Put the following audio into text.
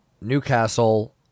Newcastle